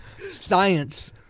Science